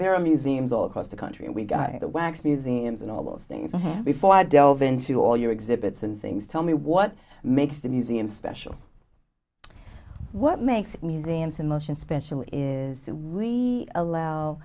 there are museums all across the country and we've got the wax museums and all those things i have before i delve into all your exhibits and things tell me what makes the museum special what makes museums in motion special is we allow